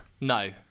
No